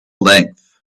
length